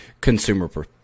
Consumer